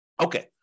Okay